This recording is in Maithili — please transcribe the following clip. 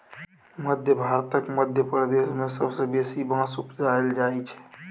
मध्य भारतक मध्य प्रदेश मे सबसँ बेसी बाँस उपजाएल जाइ छै